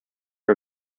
are